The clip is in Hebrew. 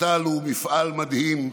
נט"ל הוא מפעל מדהים.